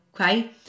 okay